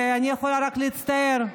אני יכולה רק להצטער.